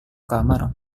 kamar